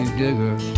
digger